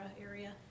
area